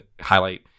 highlight